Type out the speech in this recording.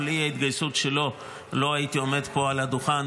בלי ההתגייסות שלו לא הייתי עומד פה על הדוכן,